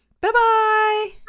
Bye-bye